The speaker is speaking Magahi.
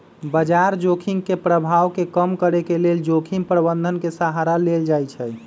बजार जोखिम के प्रभाव के कम करेके लेल जोखिम प्रबंधन के सहारा लेल जाइ छइ